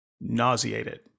nauseated